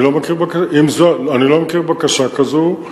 אני לא מכיר בקשה כזאת.